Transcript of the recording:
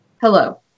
Hello